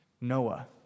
Noah